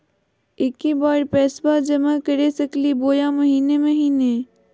एके बार पैस्बा जमा कर सकली बोया महीने महीने?